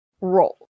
roll